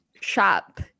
shop